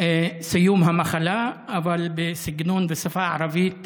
סיום המחלה, אבל בסגנון, בשפה ערבית